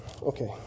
Okay